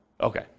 Okay